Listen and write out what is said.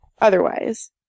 otherwise